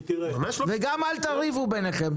כי תראה --- וגם אל תריבו בינכם,